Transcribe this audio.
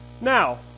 Now